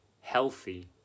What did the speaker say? healthy